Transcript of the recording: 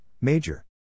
Major